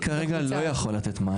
אני כרגע לא יכול לתת מענה.